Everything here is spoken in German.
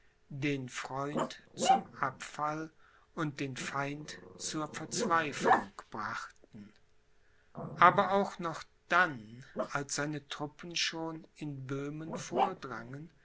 den freund zum abfall und den feind zur verzweiflung brachten aber auch noch dann als seine truppen schon in böhmen vordrangen